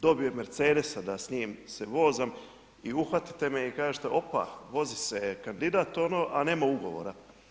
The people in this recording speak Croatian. Dobijem Mercedesa da s njim se vozam i uhvatite me i kažete opa, vozi se kandidat ono, a nema ugovora.